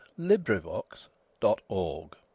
Librivox.org